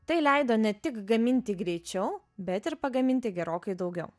tai leido ne tik gaminti greičiau bet ir pagaminti gerokai daugiau